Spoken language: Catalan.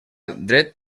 dret